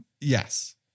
yes